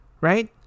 right